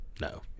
No